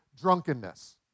Drunkenness